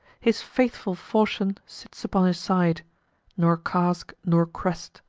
his faithful fauchion sits upon his side nor casque, nor crest,